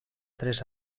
tres